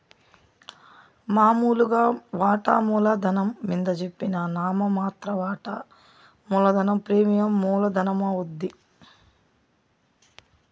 మామూలుగా వాటామూల ధనం మింద జెప్పిన నామ మాత్ర వాటా మూలధనం ప్రీమియం మూల ధనమవుద్ది